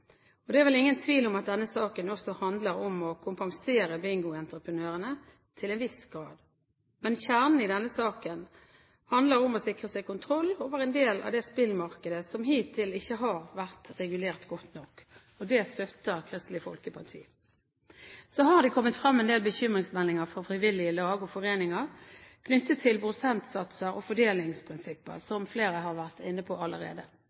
foreninger. Det er vel ingen tvil om at denne saken også handler om å kompensere bingoentreprenørene til en viss grad. Men kjernen i denne saken handler om å sikre seg kontroll over en del av det spillmarkedet som hittil ikke har vært regulert godt nok, og det støtter Kristelig Folkeparti. Så har det kommet frem en del bekymringsmeldinger fra frivillige lag og foreninger knyttet til prosentsatser og fordelingsprinsipper, som flere har vært inne på allerede.